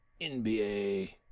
NBA